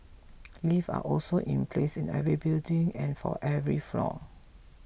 lifts are also in place in every building and for every floor